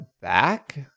back